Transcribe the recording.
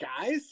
guys